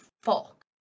fuck